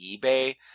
ebay